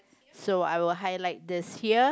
so I will highlight this here